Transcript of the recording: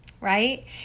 right